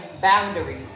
boundaries